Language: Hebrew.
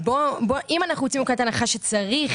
אם אנחנו יוצאים מנקודת הנחה שצריך